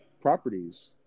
properties